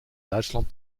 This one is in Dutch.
duitsland